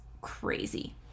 crazy